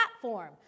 platform